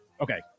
Okay